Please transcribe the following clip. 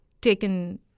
taken